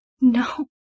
No